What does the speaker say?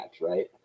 right